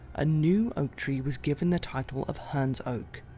a new oak tree was given the title of herne's oak,